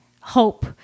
hope